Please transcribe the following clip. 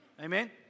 Amen